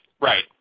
Right